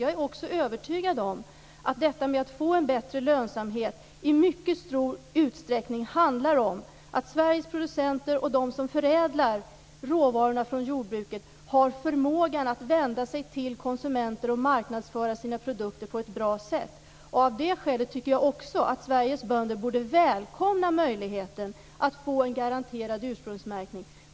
Jag är också övertygad om att detta med att få en bättre lönsamhet i mycket stor utsträckning handlar om att Sveriges producenter och de som förädlar råvarorna från jordbruket har förmågan att vända sig till konsumenter för att marknadsföra sina produkter på ett bra sätt. Av det skälet tycker jag att Sveriges bönder borde välkomna möjligheten att få en garanterad ursprungsmärkning.